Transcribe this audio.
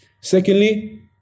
Secondly